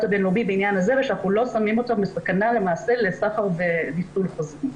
הבינלאומי בעניין הזה ושאנחנו לא שמים אותן בסכנה לסחר וניצול חוזר.